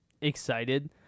excited